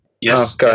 Yes